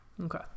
Okay